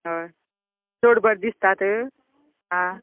हय चड बरें दिसतात आं